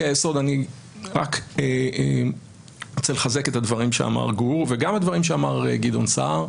היא יכולה אכן להוות סוג של איזון מבני בשיטה שלנו אבל זה לא